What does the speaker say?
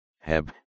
heb